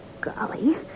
Golly